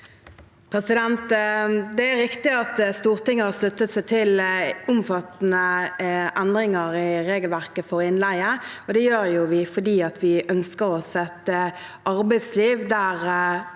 Det er riktig at Stortinget har sluttet seg til omfattende endringer i regelverket for innleie. Det gjør vi fordi vi ønsker oss et arbeidsliv der